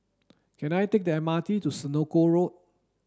can I take the M R T to Senoko Road